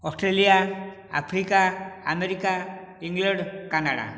Australia Africa America England Canada